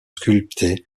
sculptées